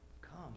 Come